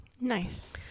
nice